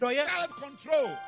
Self-control